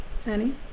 Honey